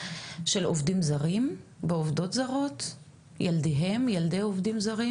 ילדיהם וילדותיהם של עובדים זרים